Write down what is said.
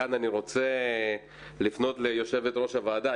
כאן אני רוצה לפנות ליושבת ראש הוועדה.